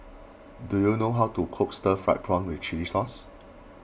do you know how to cook Stir Fried Prawn with Chili Sauce